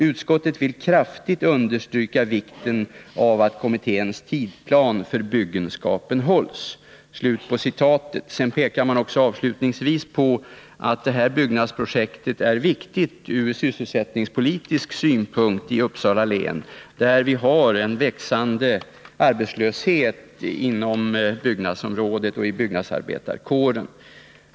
Utskottet vill kraftigt understryka vikten av att kommitténs tidplan för byggenskapen hålls.” Avslutningsvis pekar förvaltningsutskottet på att detta byggnadsprojekt är viktigt ur sysselsättningspolitisk synpunkt i Uppsala län, där vi har en växande arbetslöshet inom byggnadsarbetarkåren.